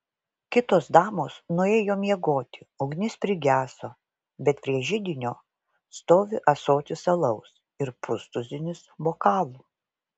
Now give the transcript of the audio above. kitos damos nuėjo miegoti ugnis prigeso bet prie židinio stovi ąsotis alaus ir pustuzinis bokalų